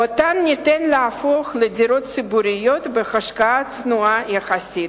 שאותן ניתן להפוך לדירות ציבוריות בהשקעה צנועה יחסית.